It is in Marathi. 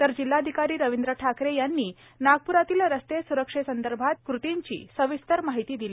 तर यावेळी जिल्हाधिकारी रविंद्र ठाकरे यांनी नागप्रातील रस्ते सुरक्षा संदर्भातील कृतींची सविस्तर माहिती दिली